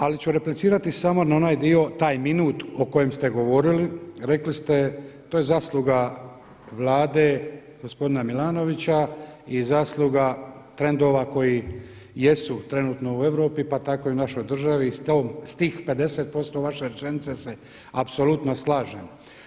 Ali ću replicirati samo na onaj dio, taj minut o kojem ste govorili, rekli ste to je zasluga Vlade gospodina Milanovića i zasluga trendova koji jesu trenutno u Europi pa tako i u našoj državi i s tih 50% vaše rečenice se apsolutno slažem.